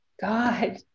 god